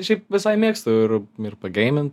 šiaip visai mėgstu ir ir pageimint